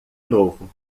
novo